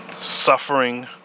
suffering